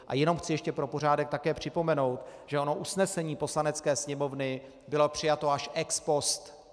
A jenom chci pro pořádek také připomenout, že ono usnesení Poslanecké sněmovny bylo přijato až ex post.